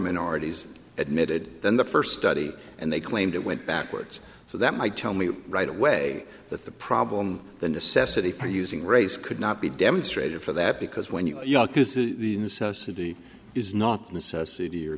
minorities admitted than the first study and they claimed it went backwards so that might tell me right away that the problem the necessity for using race could not be demonstrated for that because when you're the necessity is not necessity you're